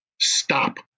Stop